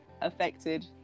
affected